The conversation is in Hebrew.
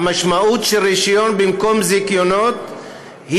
המשמעות של רישיון במקום זיכיון היא